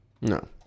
no